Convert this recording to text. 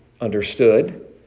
understood